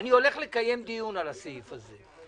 אני הולך לקיים דיון על הסעיף הזה.